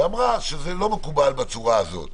שלא מקובל בצורה הזאת.